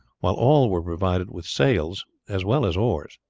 while all were provided with sails as well as oars.